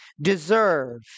deserve